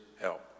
help